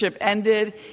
ended